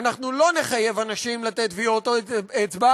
אנחנו לא נחייב אנשים לתת טביעות אצבע,